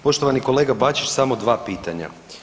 Poštovani kolega Bačić samo 2 pitanja.